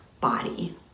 Body